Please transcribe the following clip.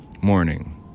morning